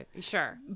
sure